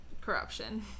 corruption